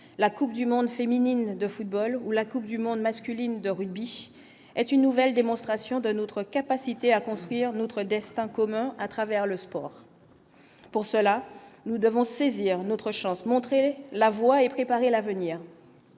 la Coupe du monde féminine de football ou la Coupe du monde masculine de rugby est une nouvelle démonstration de notre capacité à construire notre destin commun à travers le sport pour cela nous devons saisir notre chance, montrer la voie et préparer l'avenir,